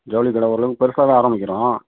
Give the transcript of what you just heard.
ஜவுளி கடை ஓரளவுக்கு பெருசாகதான் ஆரமிக்கிறோம்